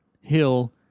hill